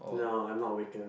no I'm not Waken